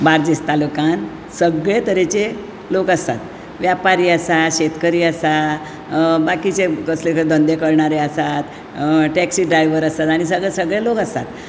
बार्देस तालुक्यांत सगळें तरेचे लोक आसात व्यापारी आसात शेतकरी आसात बाकीचे कसले धंदे करणारे आसात टेक्सी ड्रायवर आसात आनी सगळें लोक आसात